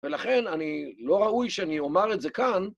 ולכן אני לא ראוי שאני אומר את זה כאן.